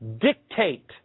Dictate